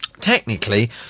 technically